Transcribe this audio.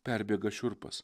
perbėga šiurpas